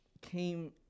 came